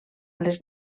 les